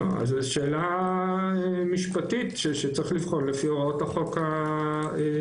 זו שאלה משפטית שצריך לבחון לפי הוראות החוק הקונקרטיות.